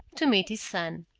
to meet his son.